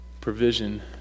provision